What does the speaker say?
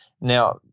Now